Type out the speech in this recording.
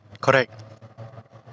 Correct